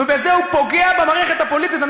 ובזה הוא פוגע במערכת הפוליטית.